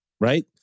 right